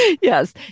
Yes